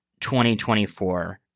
2024